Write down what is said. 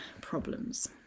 problems